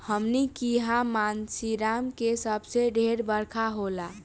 हमनी किहा मानसींराम मे सबसे ढेर बरखा होला